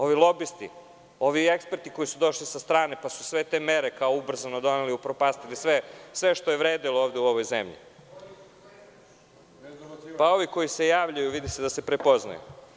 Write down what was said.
Ovi lobisti, ovi eksperti koji su došli sa strane, pa su sve te mere ubrzano doneli, upropastili sve što je vredelo u ovoj zemlji, ovi koji se javljaju, vidi se da se prepoznaju.